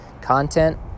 content